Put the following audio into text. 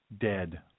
dead